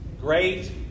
Great